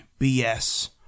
BS